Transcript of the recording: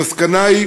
המסקנה היא